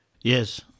Yes